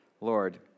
Lord